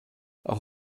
auch